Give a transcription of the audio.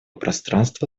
пространства